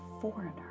foreigner